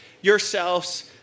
yourselves